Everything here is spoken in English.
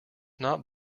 not